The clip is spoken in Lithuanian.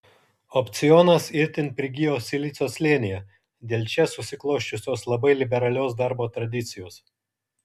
opcionas itin prigijo silicio slėnyje dėl čia susiklosčiusios labai liberalios darbo tradicijos